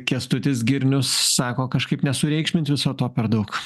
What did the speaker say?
kęstutis girnius sako kažkaip nesureikšmint viso to per daug